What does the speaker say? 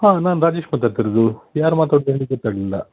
ಹಾಂ ನಾನು ರಾಜೇಶ್ ಮಾತಾಡ್ತಿರೋದು ಯಾರು ಮಾತಾಡೋದು ಹೇಳಿ ಗೊತ್ತಾಗಲಿಲ್ಲ